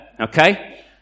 Okay